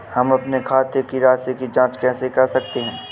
हम अपने खाते की राशि की जाँच कैसे कर सकते हैं?